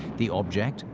the object?